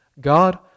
God